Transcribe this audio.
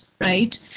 right